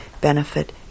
benefit